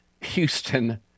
Houston